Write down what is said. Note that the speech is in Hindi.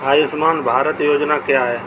आयुष्मान भारत योजना क्या है?